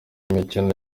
mikino